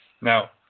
Now